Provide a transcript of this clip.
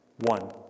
one